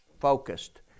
Focused